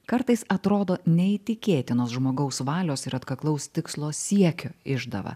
kartais atrodo neįtikėtinos žmogaus valios ir atkaklaus tikslo siekio išdava